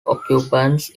occupants